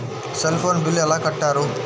Cell phone bill ఎలా కట్టారు?